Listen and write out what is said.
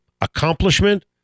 accomplishment